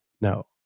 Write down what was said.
no